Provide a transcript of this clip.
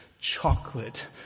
chocolate